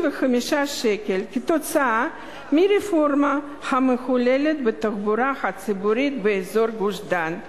שקל כתוצאה מהרפורמה המהוללת בתחבורה הציבורית באזור גוש-דן.